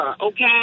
okay